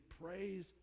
praise